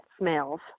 smells